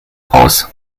aus